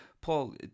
paul